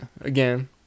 again